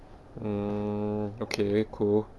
hmm okay cool